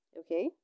okay